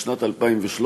בשנת 2013,